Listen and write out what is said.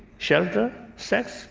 shelter, sex